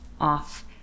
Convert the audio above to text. off